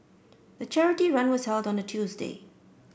the charity run was held on a Tuesday